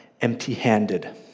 empty-handed